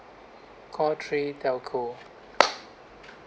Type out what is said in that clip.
call three telco